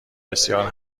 بسیار